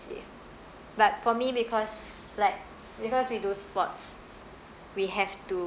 but for me because like because we do sports we have to